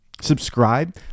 subscribe